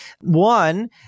One